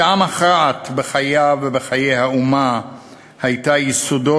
שעה מכרעת בחייו ובחיי האומה הייתה ייסודו